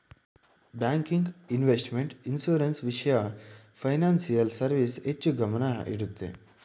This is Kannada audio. ಬ್ಯಾಂಕಿಂಗ್, ಇನ್ವೆಸ್ಟ್ಮೆಂಟ್, ಇನ್ಸೂರೆನ್ಸ್, ವಿಷಯನ ಫೈನಾನ್ಸಿಯಲ್ ಸರ್ವಿಸ್ ಹೆಚ್ಚು ಗಮನ ಇಡುತ್ತೆ